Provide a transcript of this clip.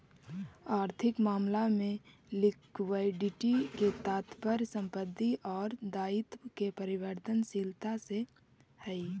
आर्थिक मामला में लिक्विडिटी के तात्पर्य संपत्ति आउ दायित्व के परिवर्तनशीलता से हई